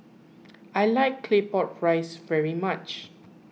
I like Claypot Rice very much